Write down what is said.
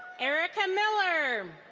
erica miller.